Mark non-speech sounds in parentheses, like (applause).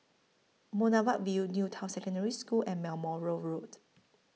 Boulevard Vue New Town Secondary School and (unintelligible) Moral Road